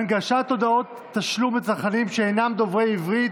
הנגשת הודעת תשלום לצרכנים שאינם דוברי עברית),